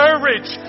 Courage